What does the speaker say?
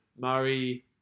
Murray